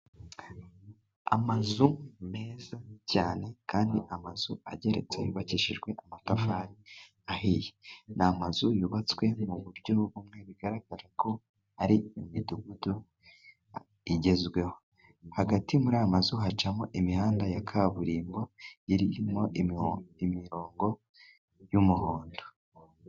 Amazu meza cyane kandi amazu ageretse yubakishijwe amatafari ahiye. Ni amazu yubatswe mu buryo bumwe bigaragara ko hari imidugudu igezweho. Hagati muri Aya mazu hacamo imihanda ya kaburimbo irimo imirongo y'umuhondo.